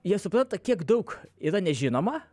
jie supranta kiek daug yra nežinoma